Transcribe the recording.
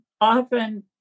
often